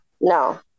No